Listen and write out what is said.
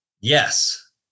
Yes